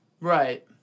Right